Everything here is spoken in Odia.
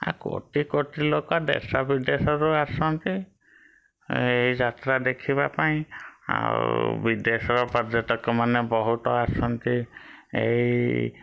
ଆ କୋଟି କୋଟି ଲୋକ ଦେଶ ବିଦେଶରୁ ଆସନ୍ତି ଏଇ ଯାତ୍ରା ଦେଖିବା ପାଇଁ ଆଉ ବିଦେଶର ପର୍ଯ୍ୟଟକ ମାନେ ବହୁତ ଆସନ୍ତି ଏଇ